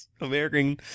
American